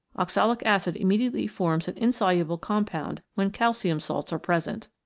oxalic acid immediately forms an insoluble compound when calcium salts are present.